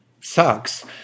sucks